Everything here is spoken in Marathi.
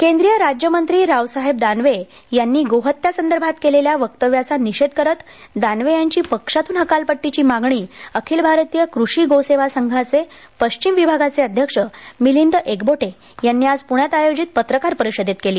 केंद्रीय राज्यमंत्री रावसाहेब दानवे यांनी गोहत्यासंदर्भात केलेल्या वक्तव्याचा निषेध करत दानवे यांची पक्षातून हकालपट्टीची मागणी अखिल भारत कृषि गोसेवा संघाचे पश्चिम विभागाचे अध्यक्ष मिलिंद एकबोटे यांनी आज पुण्यात आयोजित पत्रकार परिषदेत केली